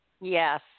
Yes